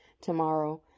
Tomorrow